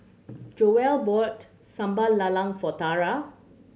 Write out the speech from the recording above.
Joye bought Sambal Lala for Tara